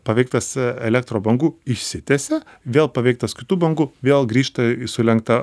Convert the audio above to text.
paveiktas elektrobangų išsitiesia vėl paveiktas kitų bangų vėl grįžta į sulenktą